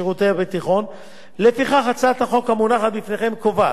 הצעת החוק המונחת בפניכם קובעת כי המענק הנוסף על הקצבה